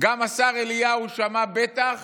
גם השר אליהו שמע בטח